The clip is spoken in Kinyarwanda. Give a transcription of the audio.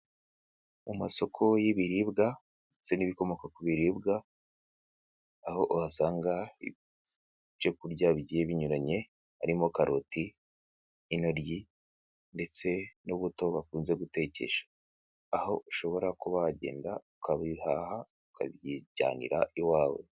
Mu masoko y'ibiribwa ndetse n'ibikomoka ku biribwa aho uhasanga ibyo kurya bigiye binyuranye harimo: karoti, intoryi ndetse n'ubuto bakunze gutekesha, aho ushobora kuba wagenda ukabihaha ukabyijyanira i wawe.